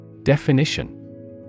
Definition